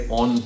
on